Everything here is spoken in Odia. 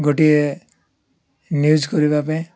ଗୋଟିଏ ନ୍ୟୁଜ୍ କରିବା ପାଇଁ